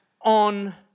on